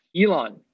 Elon